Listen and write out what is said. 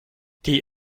die